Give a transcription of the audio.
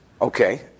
okay